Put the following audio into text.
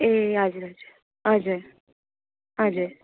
ए हजुर हजुर हजुर हजुर